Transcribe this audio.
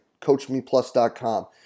coachmeplus.com